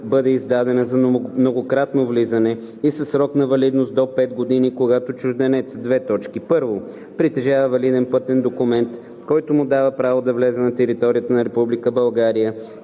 бъде издадена за многократно влизане и със срок на валидност до 5 години, когато чужденецът: 1. притежава валиден пътен документ, който му дава право да влезе на територията на